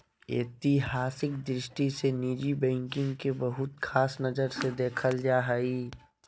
ऐतिहासिक दृष्टि से निजी बैंकिंग के बहुत ख़ास नजर से देखल जा हइ